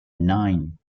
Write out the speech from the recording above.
nine